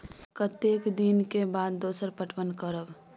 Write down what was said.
कतेक दिन के बाद दोसर पटवन करब?